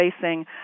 facing